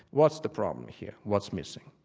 what's the problem here? what's missing?